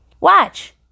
Watch